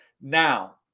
Now